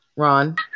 Ron